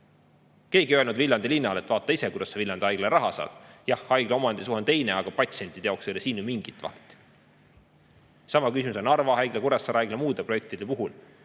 Keegi ei öelnud Viljandi linnale, et vaata ise, kuidas sa Viljandi Haiglale raha saad. Jah, haigla omandisuhe on teine, aga patsientide jaoks ei ole ju mingit vahet. Sama küsimus on Narva Haigla, Kuressaare Haigla ja muude projektide puhul.